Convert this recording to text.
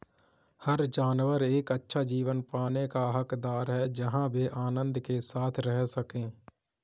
हर जानवर एक अच्छा जीवन पाने का हकदार है जहां वे आनंद के साथ रह सके